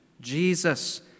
Jesus